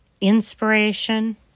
inspiration